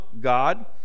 God